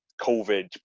COVID